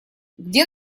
где